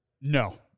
No